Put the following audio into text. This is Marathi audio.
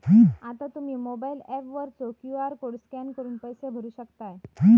आता तुम्ही मोबाइल ऍप वरचो क्यू.आर कोड स्कॅन करून पैसे भरू शकतास